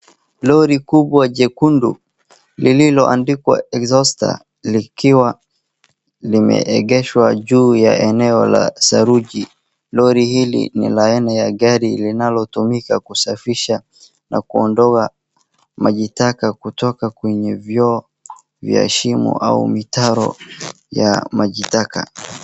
Lori kubwa jekundu lililoandikwa EXHAUSTER , likiwa limeegeshwa juu ya eneo la saruji. Lori hili ni la aina ya gari linalotumika kusafisha na kuondoa maji taka kutoka kwenye vyoo ya shimo au mitaro ya maji taka.